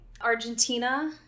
Argentina